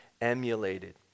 emulated